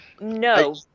No